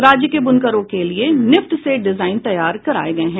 राज्य के बुनकरों के लिये निफ्ट से डिजाईन तैयार कराये गये हैं